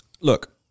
look